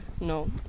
No